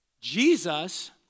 Jesus